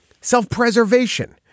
Self-preservation